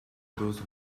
those